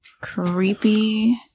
Creepy